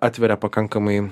atveria pakankamai